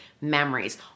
memories